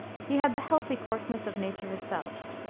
he had the healthy coarseness of nature herself.